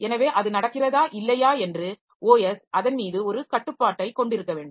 எனவே அது நடக்கிறதா இல்லையா என்று OS அதன் மீது ஒரு கட்டுப்பாட்டைக் கொண்டிருக்க வேண்டும்